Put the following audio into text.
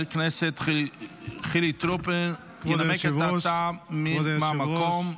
חבר הכנסת חילי טרופר ינמק את ההצעה מהמקום.